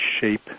shape